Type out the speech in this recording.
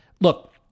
Look